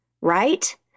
right